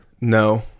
No